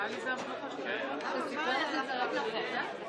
ראינו את זה כבר בפעם השלישית.